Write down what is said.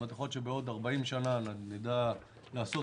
יכול להיות שבעוד 40 שנה אני אדע לעשות